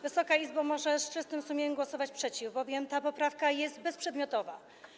Wysoka Izbo, można z czystym sumieniem głosować przeciw, bowiem ta poprawka jest bezprzedmiotowa.